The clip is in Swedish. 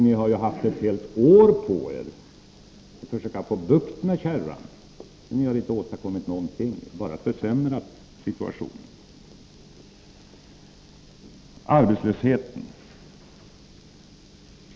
Ni har ju haft ett helt år på er att försöka få bukt med kärran, men ni har inte åstadkommit någonting, utan bara försämrat situationen. Så till arbetslösheten!